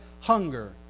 hunger